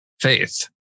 faith